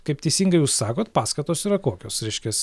kaip teisingai jūs sakot paskatos yra kokios reiškias